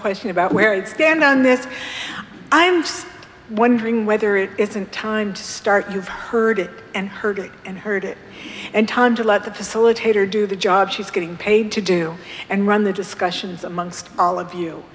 question about where it stand on this i'm just wondering whether it isn't time to start you've heard and heard and heard and time to let the facilitator do the job she's getting paid to do and run the discussions amongst all of you